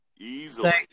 easily